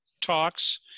talks